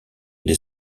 des